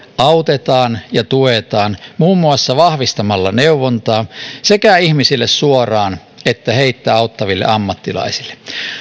autetaan ja tuetaan muun muassa vahvistamalla neuvontaa sekä ihmisille suoraan että heitä auttaville ammattilaisille